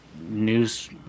news